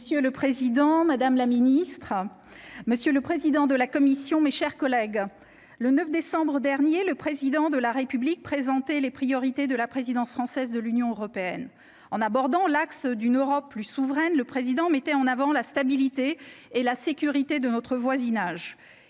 Monsieur le Président, Madame la Ministre, monsieur le président de la commission, mes chers collègues, le 9 décembre dernier le président de la République, présenter les priorités de la présidence française de l'Union européenne en abordant l'axe d'une Europe plus souveraine le président mettait en avant la stabilité et la sécurité de notre voisinage